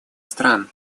стран